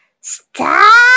Stop